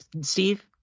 Steve